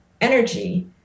energy